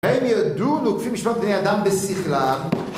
הם ידעו, נוקפים משפט בני אדם בשיכלם